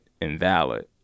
invalid